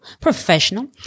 professional